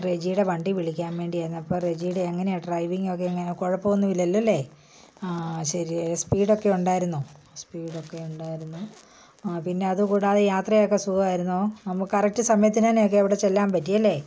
അപ്പം റെജിയുടെ വണ്ടി വിളിക്കാൻ വേണ്ടിയായിരുന്നു അപ്പം റെജിയുടെ എങ്ങനെയാണ് ഡ്രൈവിങ് ഒക്കെ എങ്ങനെയാണ് കുഴപ്പമൊന്നും ഇല്ലല്ലോ അല്ലേ ആ ശരി സ്പീഡ് ഒക്കെ ഉണ്ടായിരുന്നോ സ്പീഡ് ഒക്കെ ഉണ്ടായിരുന്നു പിന്നെ അതുകൂടാതെ യാത്രയൊക്കെ സുഖമായിരുന്നോ നമുക്ക് കറക്റ്റ് സമയത്തിന് തന്നെയൊക്കെ അവിടെ ചെല്ലാൻ പറ്റിയല്ലേ